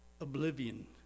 oblivion